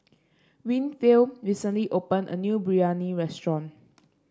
Winfield recently opened a new Biryani restaurant